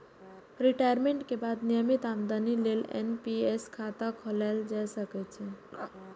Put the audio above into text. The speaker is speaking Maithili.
रिटायमेंट के बाद नियमित आमदनी लेल एन.पी.एस खाता खोलाएल जा सकै छै